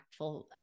impactful